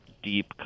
deep